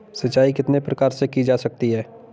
सिंचाई कितने प्रकार से की जा सकती है?